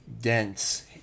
dense